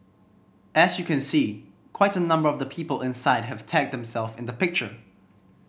as you can see quite a number of the people inside have tagged them self in the picture